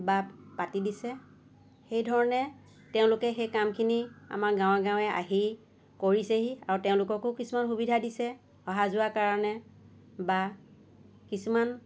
বাপ পাতি দিছে সেই ধৰণে তেওঁলোকে সেই কামখিনি আমাৰ গাঁৱে গাঁৱে আহি কৰিছেহি আৰু তেওঁলোককো কিছুমান সুবিধা দিছে অহা যোৱাৰ কাৰণে বা কিছুমান